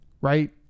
right